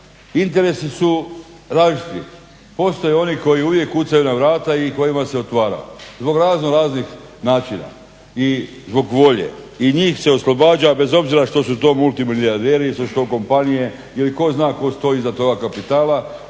interesi su različit, postoje oni koji uvijek kucaju na vrata i kojima se otvara. Zbog razno raznih načina i zbog volje i njih se oslobađa bez obzira što su to multimilijarderi, što su to kompanije ili ko zna ko stoji iza toga kapitala.